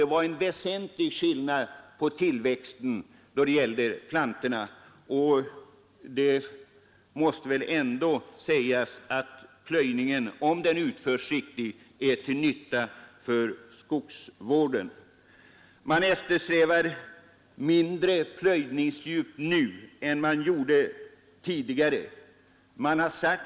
Det var en väsentlig skillnad i tillväxten på dessa båda områden. Man eftersträvar nu mindre plöjningsdjup än tidigare.